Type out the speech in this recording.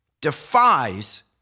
defies